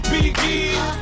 Biggie